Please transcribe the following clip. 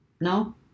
No